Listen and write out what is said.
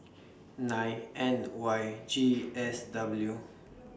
nine N Y G S W